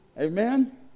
Amen